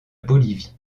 bolivie